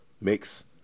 mix